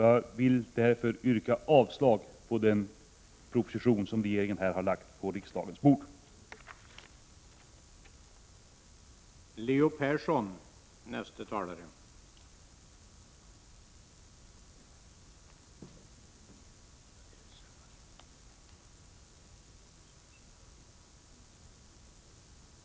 Jag yrkar bifall till reservation 2, som innebär avslag på regeringens proposition.